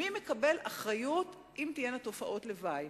מי מקבל את האחריות אם תהיינה תופעות לוואי?